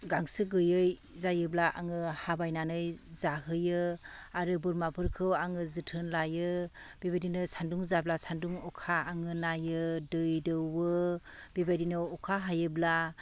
गांसो गोयै जायोब्ला आङो हाबायनानै जाहोयो आरो बोरमाफोरखौ आङो जोथोन लायो बेबायदिनो सानदुं जाब्ला सानदुं अखा आङो नायो दै दोवो बेबायदिनो अखा हायोब्ला